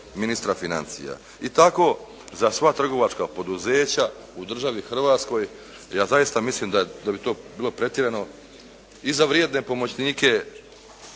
ministar financija i tako za sva trgovačka poduzeća u državi Hrvatskoj. Ja zaista mislim da bi to bilo pretjerano i za vrijedne pomoćnike